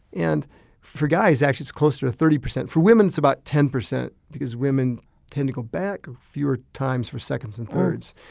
and for guys, actually it's closer to thirty percent. for women, it's about ten percent because women tend to go back fewer times for seconds and thirds.